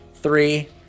three